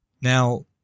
now